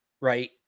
right